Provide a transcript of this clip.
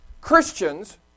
Christians